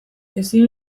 ezin